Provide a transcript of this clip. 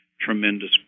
tremendous